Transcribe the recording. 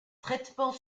traitement